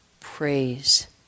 praise